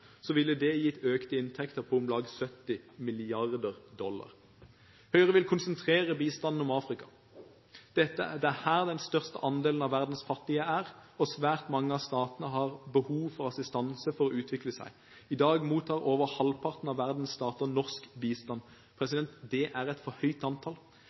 ville det gitt økte inntekter på om lag 70 mrd. dollar. Høyre vil konsentrere bistanden om Afrika. Det er her den største andelen av verdens fattige er, og svært mange av statene har behov for assistanse for å utvikle seg. I dag mottar over halvparten av verdens stater norsk bistand. Det er et altfor høyt antall.